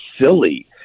silly